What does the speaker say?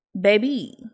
baby